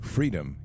Freedom